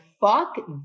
fuck